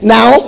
Now